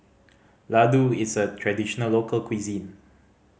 laddu is a traditional local cuisine